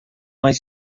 mais